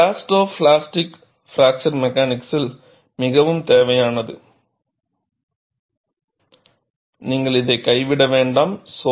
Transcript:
இது elasto plastic fracture மெக்கானிக்ஸில் மிகவும் தேவையானது நீங்கள் இதை கைவிட வேண்டாம்